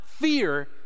fear